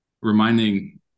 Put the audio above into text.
reminding